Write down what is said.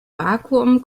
vakuum